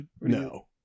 No